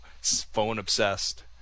phone-obsessed